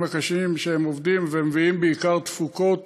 הקשים שבהם הם עובדים ומביאים בעיקר תפוקות